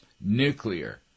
nuclear